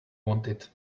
wanted